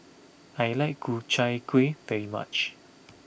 I like Ku Chai Kuih very much